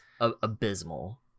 abysmal